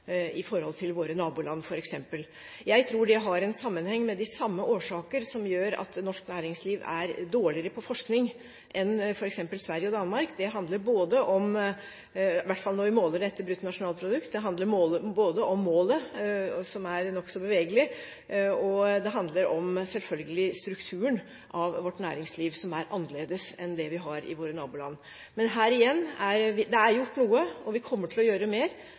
i forhold til f.eks. våre naboland. Jeg tror det har en sammenheng med de samme årsaker som gjør at norsk næringsliv er dårligere på forskning enn f.eks. Sverige og Danmark. Det handler – i hvert fall når vi måler dette i BNP – både om målet, som er nokså bevegelig, og det handler selvfølgelig om strukturen i vårt næringsliv, som er annerledes enn det som er i våre naboland. Men igjen: Det er gjort noe, og vi kommer til å gjøre mer.